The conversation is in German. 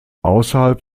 außerhalb